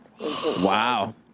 Wow